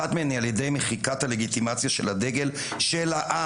אחת מהן היא על ידי מחיקת הלגיטימציה של הדגל של העם,